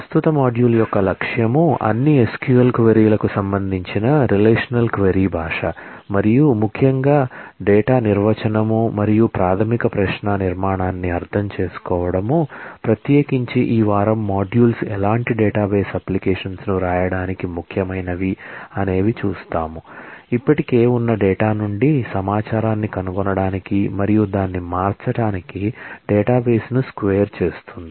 ప్రస్తుత మాడ్యూల్ యొక్క లక్ష్యం అన్ని SQL క్వరీ లకు సంబంధించిన రిలేషనల్ క్వరీ లాంగ్వేజ్ మరియు ముఖ్యంగా డేటా నిర్వచనం మరియు ప్రాథమిక క్వరీ నిర్మాణాన్ని అర్థం చేసుకోవడం ప్రత్యేకించి ఈ వారం మాడ్యూల్స్ ఎలాంటి డేటాబేస్ అప్లికేషన్స్ ను వ్రాయడానికి ముఖ్యమైనవి ఇప్పటికే ఉన్న డేటా నుండి సమాచారాన్ని కనుగొనడానికి మరియు దానిని మార్చటానికి డేటాబేస్ను స్క్వేర్ చేస్తుంది